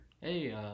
hey